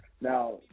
Now